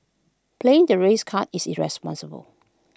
playing the race card is irresponsible